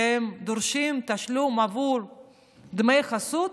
שהם דורשים תשלום עבור דמי חסות